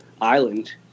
island